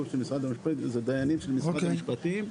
אלו דיינים של משרד המשפטים.